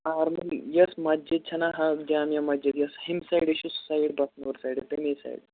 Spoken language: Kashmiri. آرمُل یۄس مَسجِد چھَناہ حظ جامعہ مَسجِد یۄس ہٮ۪مہِ سایڈٕ چھِ سُہ سایڈ بَس نور سایڈٕ تَمی سایڈٕ